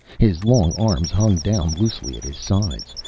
his long arms hung down loosely at his sides.